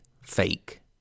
fake